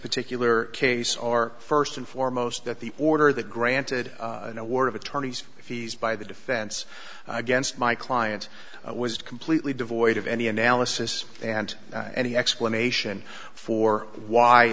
particular case are first and foremost that the order the granted an award of attorney's fees by the defense against my client was completely devoid of any analysis and any explanation for why